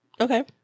Okay